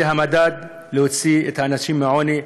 זה המדד להוציא אנשים מהעוני,